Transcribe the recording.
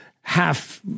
half